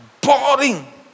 Boring